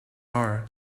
are